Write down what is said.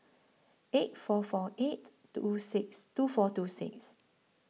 eight four four eight two six two four two six